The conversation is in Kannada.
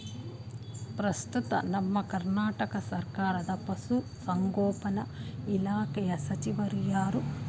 ಪ್ರಸ್ತುತ ನಮ್ಮ ಕರ್ನಾಟಕ ಸರ್ಕಾರದ ಪಶು ಸಂಗೋಪನಾ ಇಲಾಖೆಯ ಸಚಿವರು ಯಾರು?